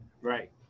Right